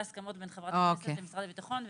הן ההסכמות בין חברת הכנסת לבין משרד הביטחון,